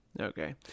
Okay